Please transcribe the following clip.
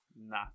Nah